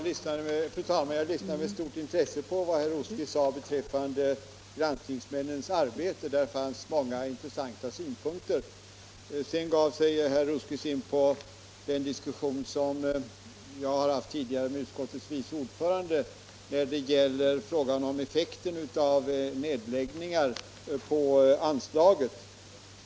Fru talman! Jag lyssnade med stort intresse på vad herr Rosqvist sade beträffande granskningsmännens arbete. Där fanns många intressanta synpunkter. Sedan gav sig herr Rosqvist in på den diskussion som jag har haft tidigare med utskottets vice ordförande i frågan om vilken effekt nedläggningar har på anslaget.